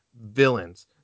villains